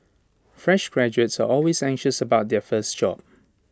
fresh graduates are always anxious about their first job